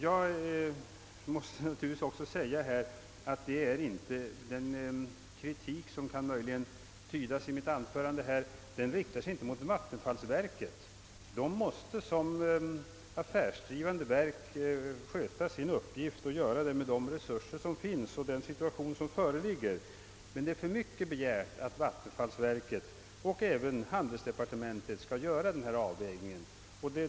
Jag vill framhålla att den kritik som möjligen kan tydas i mitt anförande inte riktar sig mot vattenfallsverket, vilket som affärsdrivande verk måste sköta sin uppgift med de resurser som finns i det läge som råder. Det är för mycket begärt att vattenfallsverket, och även handelsdepartementet, skall göra den behövliga avvägningen.